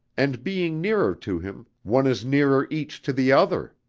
and being nearer to him, one is nearer each to the other.